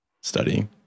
studying